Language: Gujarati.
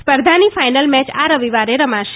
સા ર્ધાની ફાઇનલ મેચ આ રવિવારે રમાશે